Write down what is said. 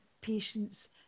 patients